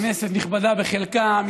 כנסת נכבדה בחלקה,